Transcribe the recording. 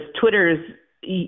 Twitter's